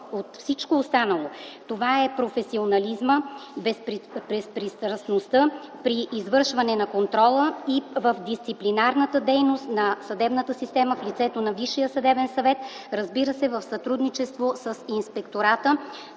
от всичко останало, това е професионализмът, безпристрастността при извършване на контрола и в дисциплинарната дейност на съдебната система в лицето на Висшия съдебен съвет, разбира се, в сътрудничество с Инспектората